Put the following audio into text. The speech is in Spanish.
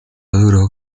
duró